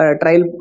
trial